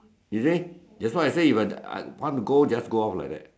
you see that's why I say if you want to go just go out like that